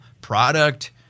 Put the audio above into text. product